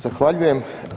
Zahvaljujem.